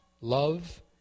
love